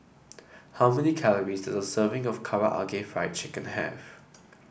how many calories does a serving of Karaage Fried Chicken have